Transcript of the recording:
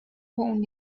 اون